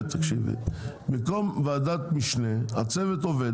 במקום ועדת משנה, הצוות עובד.